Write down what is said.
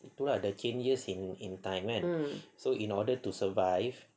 itu lah the changes in in time eh so in order to survive